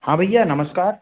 हाँ भैया नमस्कार